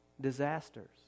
disasters